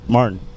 Martin